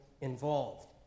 involved